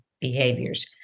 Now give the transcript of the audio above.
behaviors